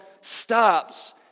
stops